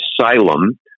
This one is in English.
asylum